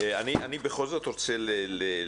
תודה.